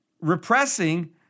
repressing